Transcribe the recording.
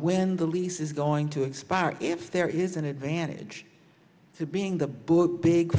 when the lease is going to expire if there is an advantage to being the book big